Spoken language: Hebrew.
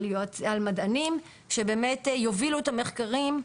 על מדענים שבאמת יובילו את המחקרים.